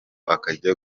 akajya